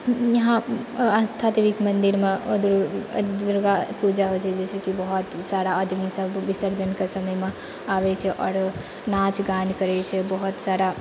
इहाँ आस्था देबीके मन्दिरमे अदुर्ग अ दुर्गा पूजा होइ छै जाहिसँ कि बहुत सारा आदमी सभ विसर्जनके समयमे आबै छै आओर नाच गान करै छै बहुत सारा